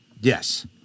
Yes